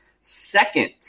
second